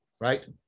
right